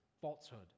falsehood